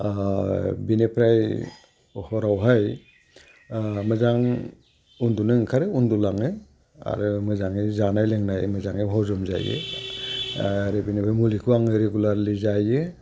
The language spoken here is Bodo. बेनिफ्राय हरावहाय मोजां उन्दुनो ओंखारो उन्दुलाङो आरो मोजाङै जानाय लोंनाय मोजाङै हजम जायो आरो बेनिफ्राय मुलिखौ आङो रेगुलारलि जायो